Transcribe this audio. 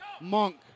Monk